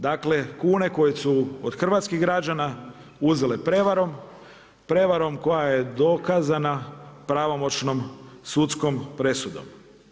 Dakle, kune koje su od hrvatskih građana uzele prevarom, prevarom koja je dokazana pravomoćnom sudskom presudom.